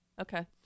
Okay